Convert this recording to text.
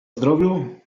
zdrowiu